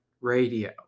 radio